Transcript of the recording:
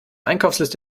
einkaufsliste